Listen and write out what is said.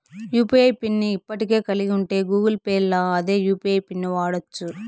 UPI PIN ని ఇప్పటికే కలిగుంటే గూగుల్ పేల్ల అదే యూ.పి.ఐ పిన్ను వాడచ్చు